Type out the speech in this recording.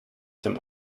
dem